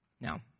Now